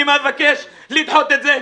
אני מבקש לדחות את זה,